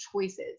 choices